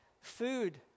Food